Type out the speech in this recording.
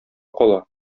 кала